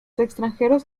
extranjeros